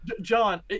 John